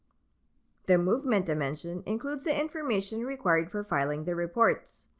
the movement dimension includes the information required for filing the reports.